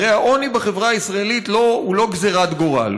הרי העוני בחברה הישראלית הוא לא גזרת גורל,